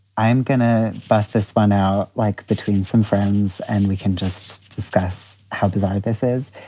i'm going to buy this one out, like between some friends, and we can just discuss how bizarre this is.